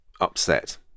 upset